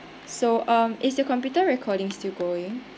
so um is your computer recording still going